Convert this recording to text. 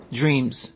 dreams